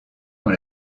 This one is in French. dans